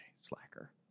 Slacker